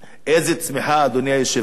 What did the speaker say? איזה צמיחה, אדוני היושב-ראש,